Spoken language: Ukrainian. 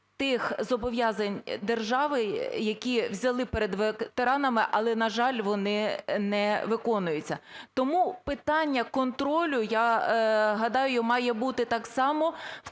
тих зобов'язань держави, які взяли перед ветеранами, але, на жаль, вони не виконуються. Тому питання контролю, я гадаю, має бути так само